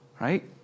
Right